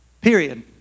Period